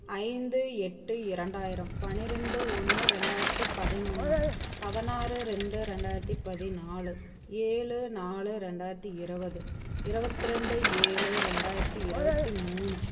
ஐந்து எட்டு இரண்டாயிரம் பனிரெண்டு ஒன்று ரெண்டாயிரத்து பதினொன்று பதினாறு ரெண்டு ரெண்டாயிரத்து பதினாலு ஏழு நாலு ரெண்டாயிரத்து இருவது இருவத்தி ரெண்டு ஏழு ரெண்டாயிரத்து இருவத்தி மூணு